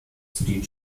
zudem